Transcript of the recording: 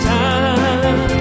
time